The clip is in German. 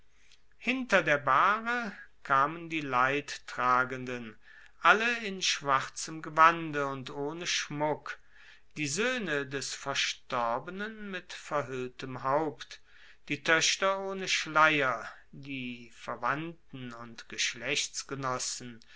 hinter der bahre kamen die leidtragenden alle in schwarzem gewande und ohne schmuck die soehne des verstorbenen mit verhuelltem haupt die toechter ohne schleier die verwandter und